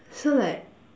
so like